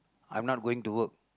I am not going to work